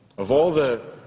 of all the